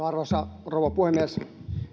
arvoisa rouva puhemies